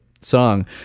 song